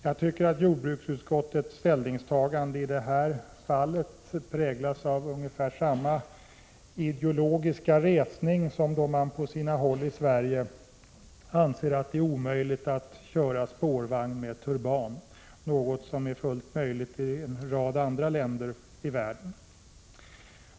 Jag tycker att jordbruksutskottets ställningstagande i detta fall präglas av ungefär samma ideologiska resning som då man på sina håll i Sverige anser att det är omöjligt att köra spårvagn med turban, något som är fullt möjligt i en rad andra länder i världen.